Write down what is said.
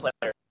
player